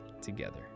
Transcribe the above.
together